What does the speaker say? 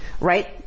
right